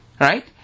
right